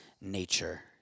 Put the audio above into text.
nature